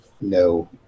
no